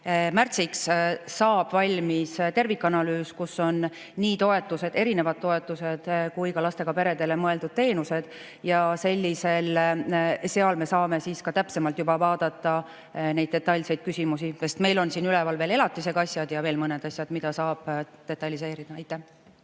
märtsiks saab valmis tervikanalüüs, kus on nii erinevad toetused kui ka lastega peredele mõeldud teenused. Seal me saame täpsemalt vaadata neid detailseid küsimusi, sest meil on siin üleval veel elatiseasjad ja veel mõned asjad, mida saab detailiseerida. Aitäh